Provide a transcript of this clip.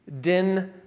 Den